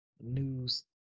news